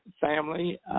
family